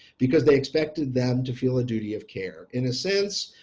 because they expected them to feel a duty of care, in a sense,